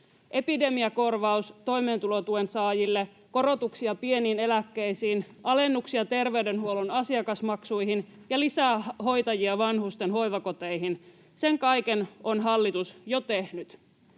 Epidemiakorvaus toimeentulotuen saajille, korotuksia pieniin eläkkeisiin, alennuksia terveydenhuollon asiakasmaksuihin ja lisää hoitajia vanhusten hoivakoteihin, sen kaiken on hallitus jo tehnyt.